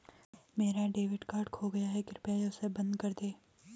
मेरा debit card खो गया है, कृपया उसे बंद कर दें